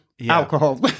Alcohol